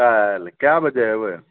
काल्हि कए बजे एबै